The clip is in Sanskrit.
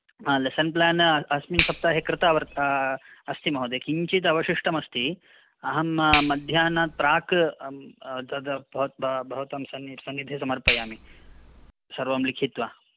लेसन् प्लेन् अस्मिन् सप्ताहे कृतवत्ता अस्ति महोदयाः किञ्चिद् अवशिष्टम् अस्ति अहं मध्याह्नात् प्राक् तद् भव् भवतां समीप् समीपे समीपे समर्पयामि सर्वं लिखित्वा